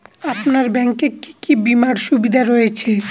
আপনার ব্যাংকে কি কি বিমার সুবিধা রয়েছে?